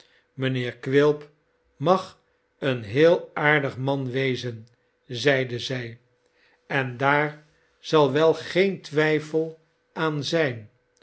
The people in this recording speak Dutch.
mijnheer quilp mag een heel aardig man wezen zeide zij en daar zal wel geen twijfel aan zijn